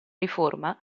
riforma